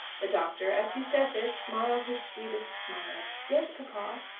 the doctor, as he said this, smiled his sweetest smile. yes, papa.